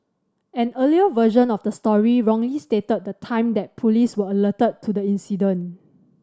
an earlier version of the story wrongly stated the time that police were alerted to the incident